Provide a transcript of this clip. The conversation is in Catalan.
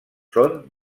són